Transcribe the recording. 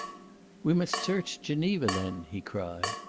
we must search geneva, then, he cried.